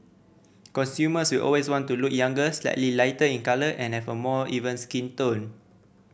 consumers will always want to look younger slightly lighter in colour and have a more even skin tone